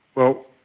well,